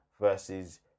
versus